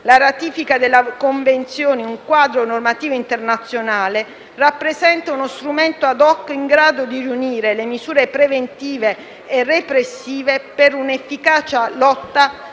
La ratifica della Convenzione, in un quadro normativo internazionale, rappresenta uno strumento *ad hoc* in grado di riunire le misure preventive e repressive per un'efficace lotta